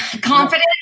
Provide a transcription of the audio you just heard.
Confident